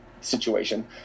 situation